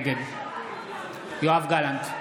(קורא בשמות חברי הכנסת) מאי גולן, נגד יואב גלנט,